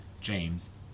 James